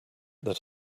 that